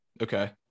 Okay